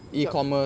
drop